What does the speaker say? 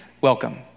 welcome